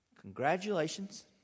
Congratulations